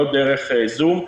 לא דרך זום,